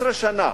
12 שנה,